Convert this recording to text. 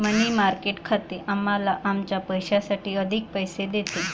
मनी market खाते आम्हाला आमच्या पैशासाठी अधिक पैसे देते